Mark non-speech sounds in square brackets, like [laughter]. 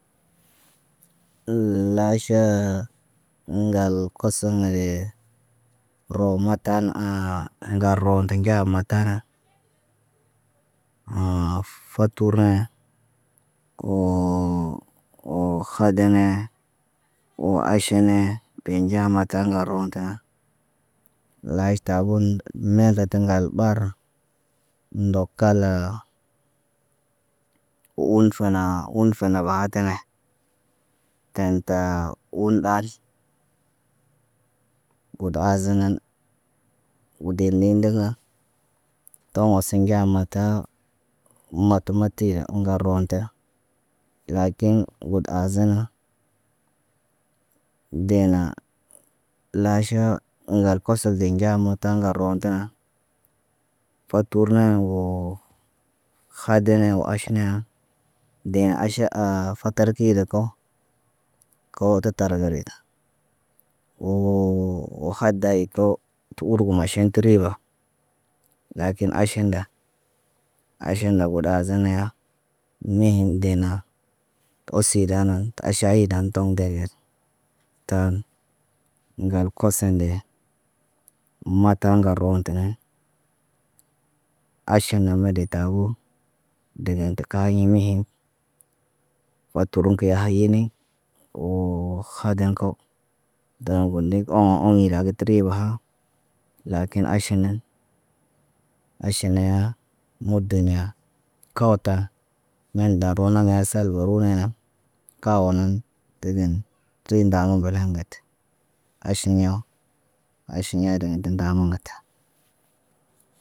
[hesitation] laaʃaa, ŋgal koso ŋgəle roo matan, [hesitation] ŋgar roon tə ŋga mata na. [hesitation] fotur ne woo, khadanee woo aʃe ne ge nɟaa mata ŋgar roon tə na. Laaʃ tabon medetən ŋgal ɓar, ndokal, u un fenaa, unfene bahatane. Ten taa, un ɓari kudu azenən udey ne diga. Toŋgo siɲ nɟaa mata. Mot matəya ŋgar roon ta. Lakin got azəna, dena laaʃo ŋgal koso de nɟa muta ŋgal roon tə na. Fotur na woo khada ne wo aʃe na, de na aʃa aa fakar kida ko, koo tə tar garida. Woo khada yi ko, tə urgu maʃin ti riba, lakin aʃen nda, aʃen nda buɗazin niha, nehin deena, woo sida nan, tə aaʃaadan toŋg de gel. Ta, ŋgal kosen de mata ŋgar rootene aʃen namen de tabo. De den tə kayin mahem. Woo tuluŋg kə yi hayiniŋg, woo khadaŋg ko. Taabo ndik oŋgo oŋgo yagi təri bəha lakin aʃenan aʃeneya mude neya. Kaworta nen daro naŋg sal baruneha. Kawonan tidin tərinda woŋg balandat.